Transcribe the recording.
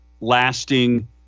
lasting